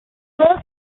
also